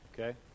okay